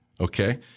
okay